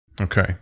Okay